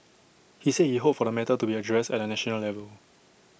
he said he hoped for the matter to be addressed at A national level